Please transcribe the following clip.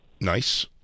Nice